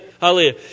Hallelujah